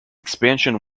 expansion